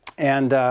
and,